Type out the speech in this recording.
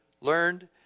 learned